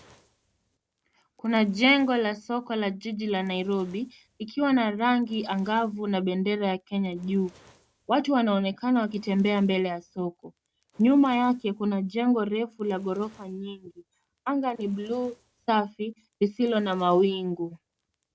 Kuna jengo la soko la jiji la Nairobi likiwa na rangi angavu na bendera ya Kenya juu. Watu wanaonekana wakitembea mbele ya soko. Nyuma yake kuna jengo refu la ghorofa nyingi. Aanga ni buluu safi lisilo na mawingu.